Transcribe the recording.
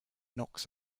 knocks